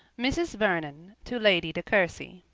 mrs. vernon to lady de courcy